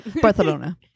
Barcelona